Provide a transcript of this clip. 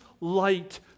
light